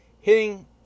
hitting